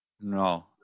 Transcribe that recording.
No